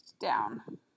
down